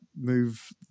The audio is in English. move